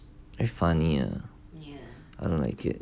very funny ah I don't like it